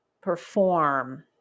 perform